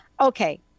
Okay